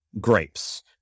grapes